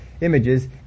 images